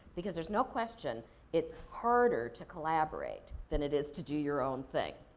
because there's no question it's harder to collaborate than it is to do your own thing.